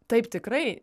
taip tikrai